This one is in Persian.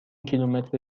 کیلومتر